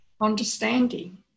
understanding